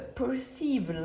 perceive